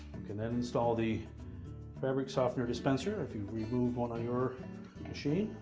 can then install the fabric softener dispenser if you removed one on your machine.